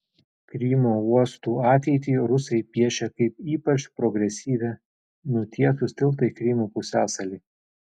krymo uostų ateitį rusai piešia kaip ypač progresyvią nutiesus tiltą į krymo pusiasalį